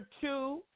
two